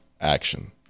action